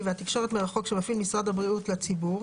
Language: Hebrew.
והתקשורת מרחוק שמפעיל משרד בריאות לציבור,